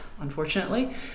unfortunately